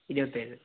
ഇരുപത്തേഴ്